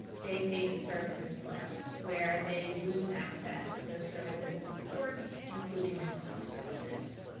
they face a services cliff where they lose access to those services and supports including mental health services.